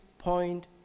point